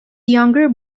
younger